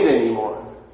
anymore